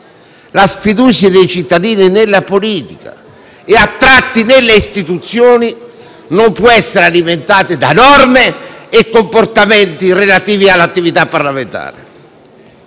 La sfiducia dei cittadini nella politica - e a tratti nelle istituzioni - non può essere alimentata da norme e comportamenti relativi all'attività parlamentare.